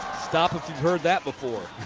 stop if you've heard that before.